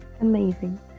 Amazing